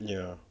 ya